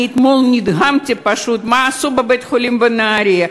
אתמול נדהמתי, פשוט, מה עשו בבית-החולים בנהריה.